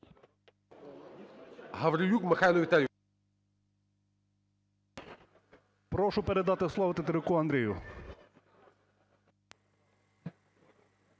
Прошу передати слово Тетеруку Андрію.